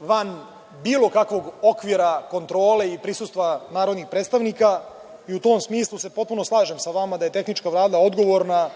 van bilo kakvog okvira kontrole i prisustva narodnih predstavnika i u tom smislu se potpuno slažem sa vama da je tehnička Vlada odgovorna